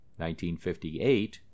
1958